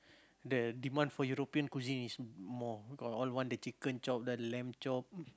the demand for European cuisine is more all want the chicken chop the lamb chop